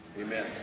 Amen